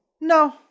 No